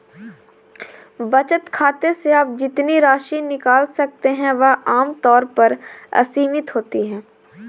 बचत खाते से आप जितनी राशि निकाल सकते हैं वह आम तौर पर असीमित होती है